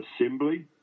assembly